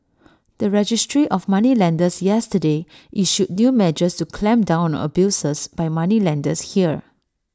the registry of moneylenders yesterday issued new measures to clamp down on abuses by moneylenders here